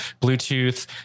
Bluetooth